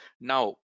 now